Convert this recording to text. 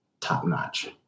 top-notch